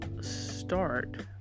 start